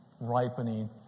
ripening